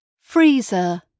Freezer